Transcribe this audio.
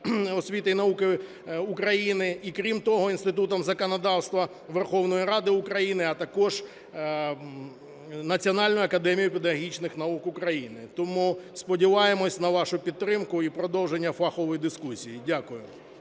освіти і науки України, і, крім того, Інститутом законодавства Верховної Ради України, а також Національною академією педагогічних наук України. Тому сподіваємося на вашу підтримку і продовження фахової дискусії. Дякую.